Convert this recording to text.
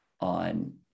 on